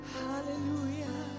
hallelujah